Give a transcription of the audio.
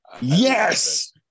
Yes